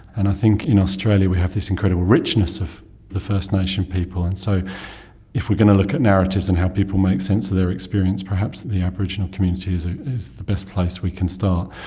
and i think in australia we have this incredible richness of the first nation people. and so if we are going to look at narratives and how people make sense of their experience, perhaps the the aboriginal community is ah is the best place we can start.